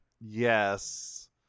Yes